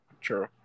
true